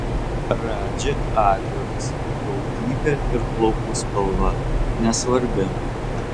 radži atviras tautybė ir plaukų spalva nesvarbi